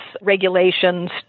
regulations